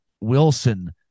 Wilson